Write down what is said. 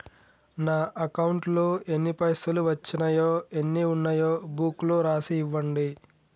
నా అకౌంట్లో ఎన్ని పైసలు వచ్చినాయో ఎన్ని ఉన్నాయో బుక్ లో రాసి ఇవ్వండి?